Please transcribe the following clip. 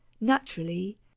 naturally